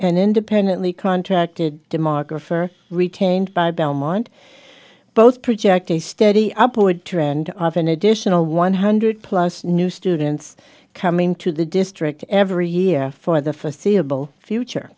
an independently contracted demographer retained by belmont both project a steady upward trend of an additional one hundred plus new students coming to the district every year for the forseeable future